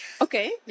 okay